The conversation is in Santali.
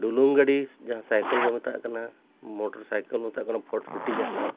ᱰᱩᱞᱩᱝ ᱜᱟᱹᱰᱤ ᱡᱟᱦᱟᱸ ᱥᱟᱭᱠᱮᱞ ᱵᱚᱱ ᱢᱮᱛᱟᱜ ᱠᱟᱱᱟ ᱢᱚᱴᱚᱨ ᱥᱟᱭᱠᱮᱞ ᱢᱮᱛᱟᱜ ᱠᱟᱱᱟ ᱯᱷᱚᱴᱯᱷᱩᱴᱤ ᱡᱟᱦᱟᱸ